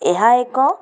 ଏହା ଏକ